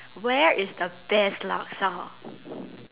where is the best laksa